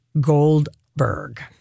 goldberg